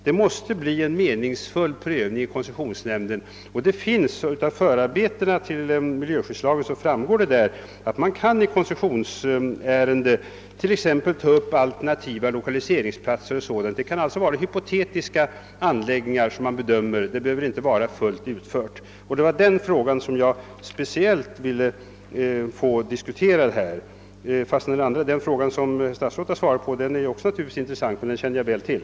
Det måste bli en meningsfull prövning i koncessionsnämnden, och av miljöskyddslagens förarbeten framgår att man i koncessionsärenden kan ta upp exempelvis alternativa lokaliseringsorter m.m. Man kan alltså bedöma hypotetiska anläggningar, och det var denna fråga jag ville få speciellt diskuterad. Naturligtvis är också den fråga statsrådet svarat på intressant, men den känner jag väl till.